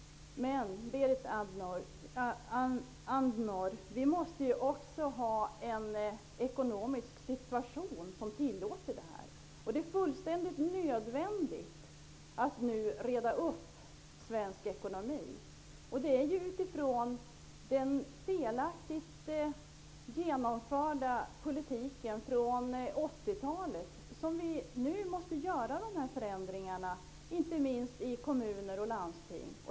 Men, Berit Andnor, det måste vara en ekonomisk situation som tillåter det. Det är nödvändigt att vi nu reder upp den svenska ekonomin. Det är utifrån den under 80-talet felaktigt förda politiken som vi nu måste göra dessa förändringar, inte minst i kommuner och landsting.